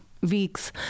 weeks